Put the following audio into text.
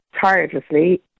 tirelessly